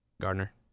gardner